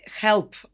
help